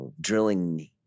drilling